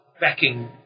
backing